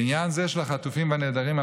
בעניין זה של החטופים והנעדרים,